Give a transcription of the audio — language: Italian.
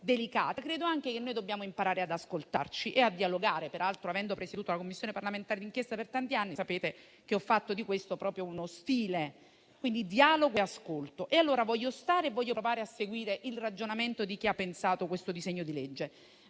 credo anche che dobbiamo imparare ad ascoltarci e a dialogare. Peraltro, avendo presieduto la Commissione parlamentare d'inchiesta per tanti anni, sapete che ho fatto di questo proprio uno stile: quindi dialogo e ascolto. E allora voglio provare a seguire il ragionamento di chi ha pensato questo disegno di legge.